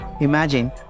imagine